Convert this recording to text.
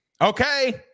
Okay